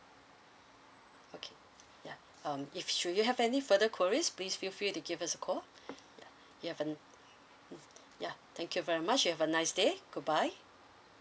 okay ya um if should you have any further queries please feel free to give us a call you've a ya thank you very much you have a nice day goodbye